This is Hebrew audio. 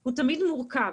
הוא תמיד מורכב,